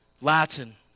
Latin